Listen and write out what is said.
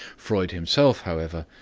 freud himself, however,